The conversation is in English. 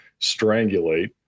strangulate